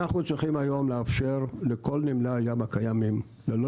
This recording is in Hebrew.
אנחנו צריכים היום לאפשר לכל נמלי הים הקיימים ללא